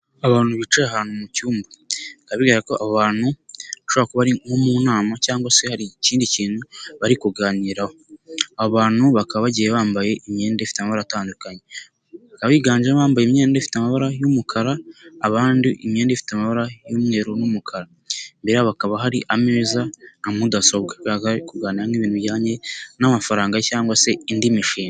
Abantu bicaye ahantu mu cyumbaba, bigaragaza ko abantu bashobora kuba bari nko mu nama cyangwa se hari ikindi kintu bari kuganiraho, abantu bakaba bagiye bambaye imyenda ifite amabara atandukanye, abiganjemo bambaye imyenda ifite amabara y'umukara, abandi imyenda ifite amabara y'umweru n'umukara, hakaba hari ameza na mudasobwa, bigaragaza ko bari kuganira nk'ibintu bijyanye n'amafaranga cyangwa se indi mishinga.